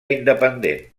independent